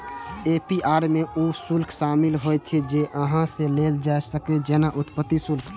APR मे ऊ शुल्क शामिल होइ छै, जे अहां सं लेल जा सकैए, जेना उत्पत्ति शुल्क